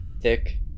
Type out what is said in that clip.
thick